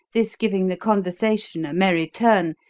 this giving the conversation a merry turn,